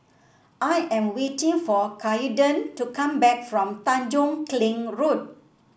I am waiting for Kaiden to come back from Tanjong Kling Road